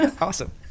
Awesome